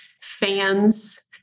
fans